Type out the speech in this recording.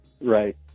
Right